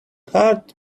heart